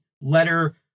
letter